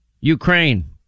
Ukraine